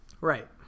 Right